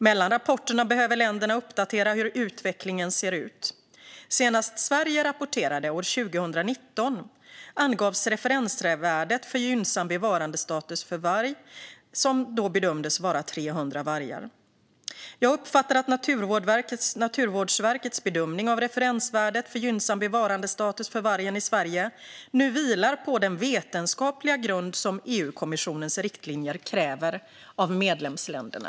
Mellan rapporterna behöver länderna uppdatera hur utvecklingen ser ut. Senast Sverige rapporterade, år 2019, angavs att referensvärdet för gynnsam bevarandestatus för varg bedömdes vara 300 vargar. Jag uppfattar att Naturvårdsverkets bedömning av referensvärdet för gynnsam bevarandestatus för vargen i Sverige nu vilar på den vetenskapliga grund som EU-kommissionens riktlinjer kräver av medlemsländerna.